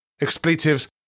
expletives